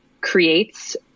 creates